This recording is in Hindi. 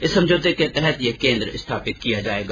इस समझौते के तहत यह केन्द्र स्थापित किया जाएगा